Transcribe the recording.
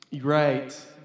right